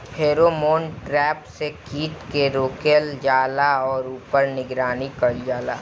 Pheromone trap से कीट के रोकल जाला और ऊपर निगरानी कइल जाला?